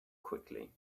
quickly